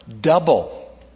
double